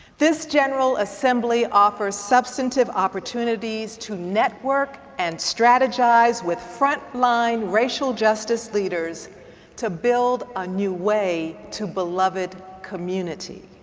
this general assembly offers substantive opportunities to network and strategize with front line racial justice leaders to build a new way to beloved community.